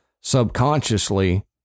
subconsciously